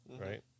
right